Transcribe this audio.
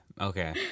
okay